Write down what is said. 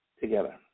together